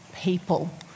people